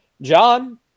John